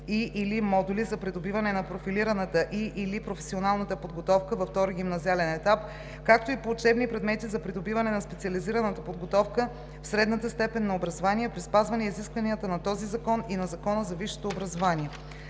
и/или модули за придобиване на профилираната и/или професионалната подготовка във втори гимназиален етап, както и по учебни предмети за придобиване на специализираната подготовка в средната степен на образование при спазване изискванията на този закон и на Закона за висшето образование.